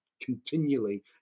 continually